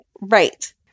Right